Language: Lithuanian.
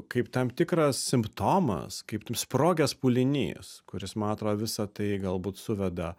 kaip tam tikras simptomas kaip sprogęs pūlinys kuris man atrodo visa tai galbūt suveda